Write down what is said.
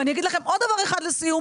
ואני אגיד לכם עוד דבר אחד לסיום,